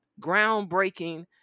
groundbreaking